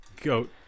goat